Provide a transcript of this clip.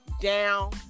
down